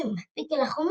והתקרבתם מספיק אל החומה,